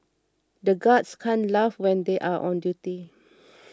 the guards can't laugh when they are on duty